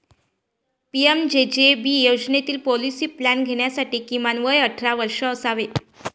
PMJJB योजनेतील policy plan घेण्यासाठी किमान वय अठरा वर्षे असावे